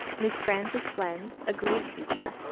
miss frances blend, a grade teacher,